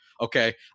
Okay